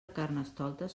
carnestoltes